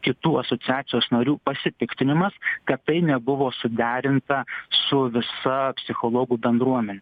kitų asociacijos narių pasipiktinimas kad tai nebuvo suderinta su visa psichologų bendruomene